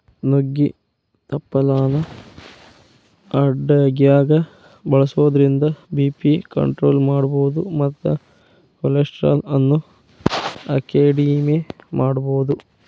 ನುಗ್ಗಿ ತಪ್ಪಲಾನ ಅಡಗ್ಯಾಗ ಬಳಸೋದ್ರಿಂದ ಬಿ.ಪಿ ಕಂಟ್ರೋಲ್ ಮಾಡಬೋದು ಮತ್ತ ಕೊಲೆಸ್ಟ್ರಾಲ್ ಅನ್ನು ಅಕೆಡಿಮೆ ಮಾಡಬೋದು